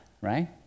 right